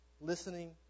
listening